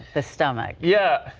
the stomach, yeah,